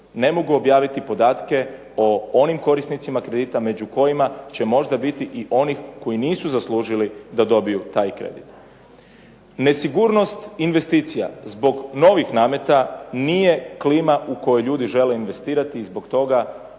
ne mogu objaviti podatke o onim korisnicima kredita među kojima će možda biti i onih koji nisu zaslužili da dobiju taj kredit. Nesigurnost investicija zbog novih nameta nije klima u kojoj ljudi žele investirati i zbog toga